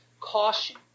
caution